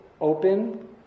open